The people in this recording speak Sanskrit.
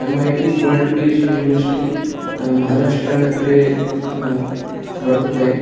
M I T World Peace University महाराष्ट्रनगरे वर्तते